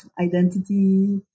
identity